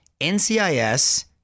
NCIS